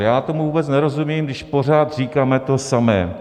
Já tomu vůbec nerozumím, když pořád říkáme to samé.